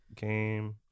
game